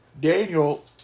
Daniel